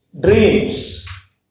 dreams